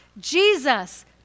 Jesus